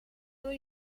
doe